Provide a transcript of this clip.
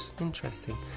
Interesting